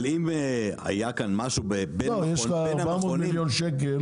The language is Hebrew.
אבל אם היה כאן משהו בין המכונים -- אבל יש לך 400,000,000 ₪,